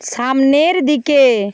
সামনের দিকে